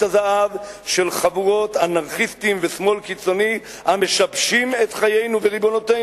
הזהב של חבורות אנרכיסטים ושמאל קיצוני המשבשים את חיינו וריבונותו.